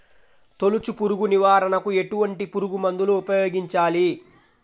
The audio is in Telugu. తొలుచు పురుగు నివారణకు ఎటువంటి పురుగుమందులు ఉపయోగించాలి?